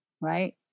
right